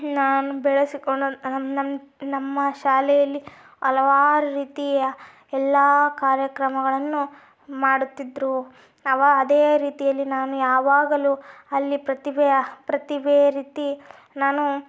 ನಾನು ಬೆಳೆಸಿಕೊಂಡು ನಮ್ಮ ನಮ್ಮ ಶಾಲೆಯಲ್ಲಿ ಹಲವಾರು ರೀತಿಯ ಎಲ್ಲ ಕಾರ್ಯಕ್ರಮಗಳನ್ನು ಮಾಡುತ್ತಿದ್ದರು ಅವಾ ಅದೇ ರೀತಿಯಲ್ಲಿ ನಾನು ಯಾವಾಗಲೂ ಅಲ್ಲಿ ಪ್ರತಿಭೆಯ ಪ್ರತಿಭೆಯ ರೀತಿ ನಾನು